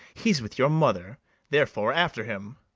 he's with your mother therefore after him.